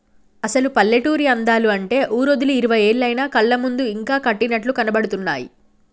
అసలు పల్లెటూరి అందాలు అంటే ఊరోదిలి ఇరవై ఏళ్లయినా కళ్ళ ముందు ఇంకా కట్టినట్లు కనబడుతున్నాయి